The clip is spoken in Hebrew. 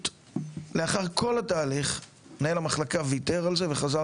ולאחר כל התהליך מנהל המחלקה ויתר על זה וחזר